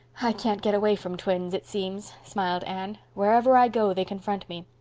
i can't get away from twins, it seems, smiled anne. wherever i go they confront me.